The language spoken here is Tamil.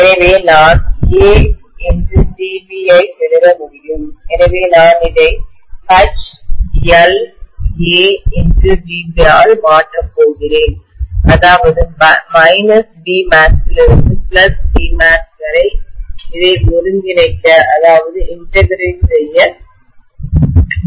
எனவே நான் AdB ஐ எழுத முடியும் எனவே நான் இதை HlAdB ஆல் மாற்றப் போகிறேன் அதாவது Bmax இலிருந்து Bmax வரை இதை ஒருங்கிணைக்க இன்டிகிரேட் செய்ய முடியும்